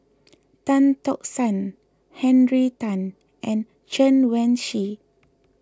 Tan Tock San Henry Tan and Chen Wen Hsi